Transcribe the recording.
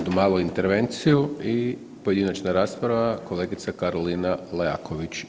Molim malu intervenciju i pojedinačna rasprava kolegica Karolina Leaković.